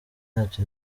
yacu